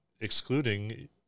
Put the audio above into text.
excluding